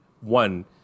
one